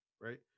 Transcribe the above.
right